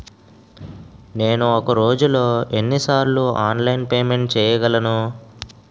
నేను ఒక రోజులో ఎన్ని సార్లు ఆన్లైన్ పేమెంట్ చేయగలను?